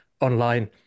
online